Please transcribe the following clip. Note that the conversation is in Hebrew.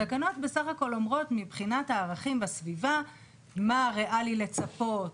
התקנות בסך הכל אומרות מבחינת הערכים בסביבה מה הריאלי לצפות,